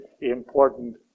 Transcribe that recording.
important